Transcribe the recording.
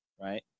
right